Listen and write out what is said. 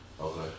okay